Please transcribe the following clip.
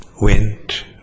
went